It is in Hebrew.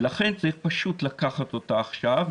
ולכן צריך פשוט לקחת אותה עכשיו,